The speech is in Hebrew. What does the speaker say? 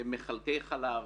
מחלקי חלב,